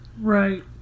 right